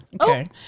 okay